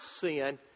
sin